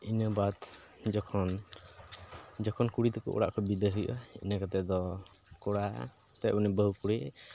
ᱤᱱᱟᱹ ᱵᱟᱫ ᱡᱚᱠᱷᱚᱱ ᱡᱚᱠᱷᱚᱱ ᱠᱩᱲᱤ ᱛᱟᱠᱚ ᱚᱲᱟᱜ ᱠᱷᱚᱱ ᱵᱤᱫᱟᱹᱭ ᱦᱩᱭᱩᱜᱼᱟ ᱤᱱᱟᱹ ᱠᱟᱛᱮᱫ ᱫᱚ ᱠᱚᱲᱟ ᱮᱱᱛᱮᱫ ᱩᱱᱤ ᱵᱟᱹᱦᱩ ᱠᱩᱲᱤ